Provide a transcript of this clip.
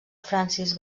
francis